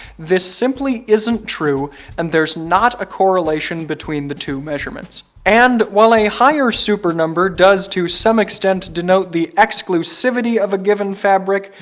this simply isn't true and there's not a correlation between the two measurements. and while a higher super number does to some extent denote the exclusivity of a given fabric,